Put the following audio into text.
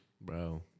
Bro